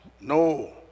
No